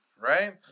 right